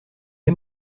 les